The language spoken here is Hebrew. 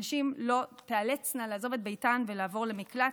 כדי שנשים לא תיאלצנה לעזוב את ביתן ולעבור למקלט,